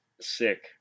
sick